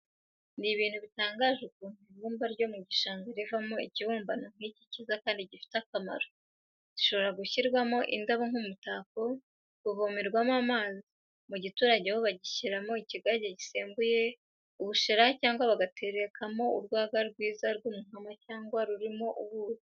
Ni ibintu bitangaje ukuntu ibumba ryo mu gishanga rivamo ikibumbano nk'icyi cyiza kandi gifite akamaro, gishobora gushyirwamo indabo nk'umutako, kuvomerwamo amazi, mu giturage ho bashigishiramo ikigage gisembuye, ubushera cyangwa bagaterekamo urwagwa rwiza rw'umuhama cyangwa rurimo ubuki.